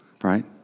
Right